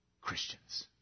Christians